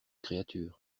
créature